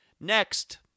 Next